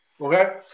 Okay